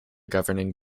governing